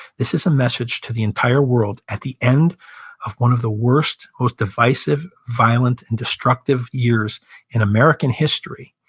this is a message to the entire world, at the end of one of the worst, most divisive, violent, and destructive years in american history,